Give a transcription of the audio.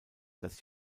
das